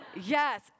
Yes